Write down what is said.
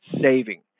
saving